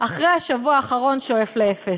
אחרי השבוע האחרון, שואף לאפס.